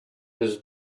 his